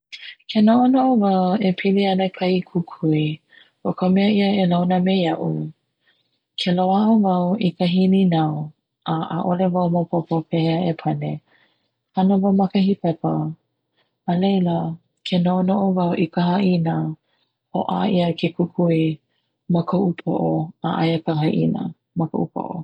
Ke noʻonoʻo wau e pili ana kahi kukui o ka mea e launa me iaʻu, ke loaʻa wau i kahi ninau a ʻaʻole wau maopopo pehea e pane hana wau ma kahi pepa alaila ke noʻonoʻo wau i ka haʻina, hoʻā ia ke kukui ma koʻu poʻo a aia ka haʻina ma koʻu poʻo.